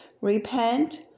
repent